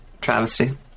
travesty